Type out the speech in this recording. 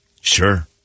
Sure